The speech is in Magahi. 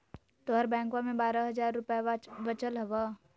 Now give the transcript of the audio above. तोहर बैंकवा मे बारह हज़ार रूपयवा वचल हवब